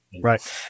Right